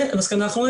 המסקנה האחרונה,